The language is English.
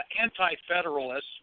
anti-federalists